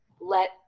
let